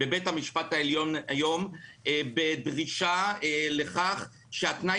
בבית המשפט העליון היום בדרישה לכך שהתנאי